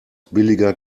billiger